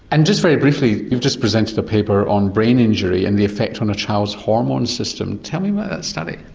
and just very briefly, you've just presented a paper on brain injury and the effect on a child's hormone system tell me about that study?